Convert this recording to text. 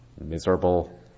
miserable